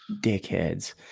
dickheads